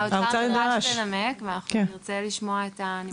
האוצר נדרש לנמק ואנחנו נרצה לשמוע את הנימוקים האלה היום.